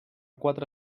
quatre